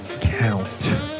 count